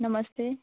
नमस्ते